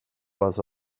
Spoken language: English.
was